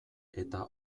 eta